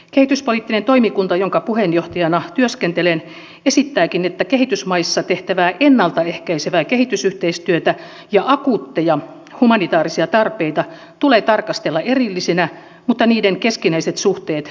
kehityspoliittinen toimikunta jonka puheenjohtajana työskentelen esittääkin että kehitysmaissa tehtävää ennalta ehkäisevää kehitysyhteistyötä ja akuutteja humanitaarisia tarpeita tulee tarkastella erillisinä mutta niiden keskinäiset suhteet ymmärtäen